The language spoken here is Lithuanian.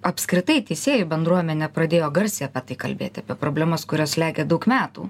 apskritai teisėjų bendruomenė pradėjo garsiai apie tai kalbėt apie problemas kurios slegia daug metų